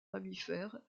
mammifères